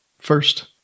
First